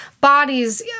bodies